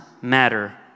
matter